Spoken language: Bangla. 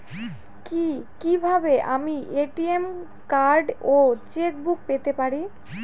কি কিভাবে আমি এ.টি.এম কার্ড ও চেক বুক পেতে পারি?